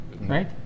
Right